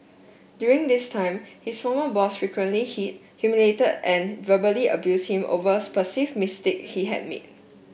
during this time his former boss frequently hit humiliated and verbally abused him over perceived mistake he had made